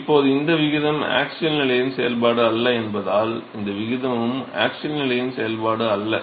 இப்போது இந்த விகிதம் ஆக்ஸியல் நிலையின் செயல்பாடு அல்ல என்பதால் இந்த விகிதமும் ஆக்ஸியல் நிலையின் செயல்பாடு அல்ல